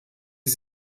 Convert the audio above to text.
sie